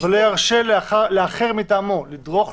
ולא ירשה לאחר מטעמו לדרוך,